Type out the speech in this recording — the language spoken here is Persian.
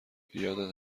یادت